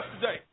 today